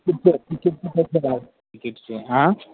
तिकिटचे हां